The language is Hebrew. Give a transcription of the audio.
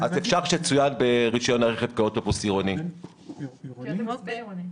שצוין ברישיון הרכב כאוטובוס בין עירוני.